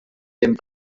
dem